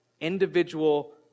Individual